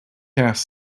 ass